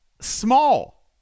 small